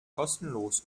kostenlos